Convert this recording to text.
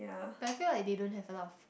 but I feel like they don't have a lot of